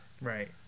Right